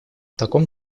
таком